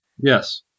Yes